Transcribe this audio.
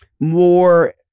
more